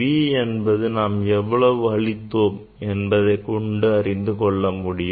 V நாம் எவ்வளவு அளித்தோம் என்பதையும் அறிந்து கொள்ள முடியும்